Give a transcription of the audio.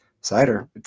cider